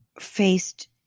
faced